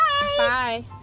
Bye